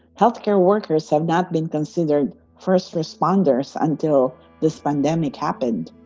health care workers have not been considered first responders until this pandemic happened